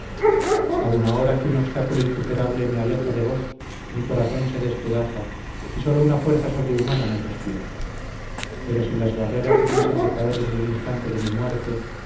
suprema aun ahora que un obstáculo insuperable me aleja de vos mi corazón se despedaza y sólo una fuerza sobrehumana me sostiene pero si las barreras hubiesen de caer en el instante de mi muerte